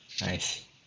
nice